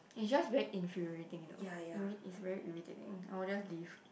it's just very infuriating you know it it's very irritating I'll just leave